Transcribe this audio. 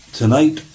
tonight